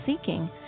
seeking